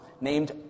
named